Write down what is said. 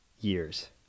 years